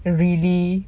really